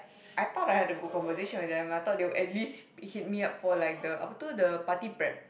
I thought I had a good conversation with them I thought they will at least hit me up for like the apa itu the party prep